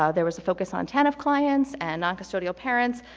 ah there was a focus on tanf clients, and noncustodial parents,